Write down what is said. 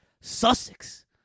Sussex